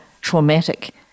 traumatic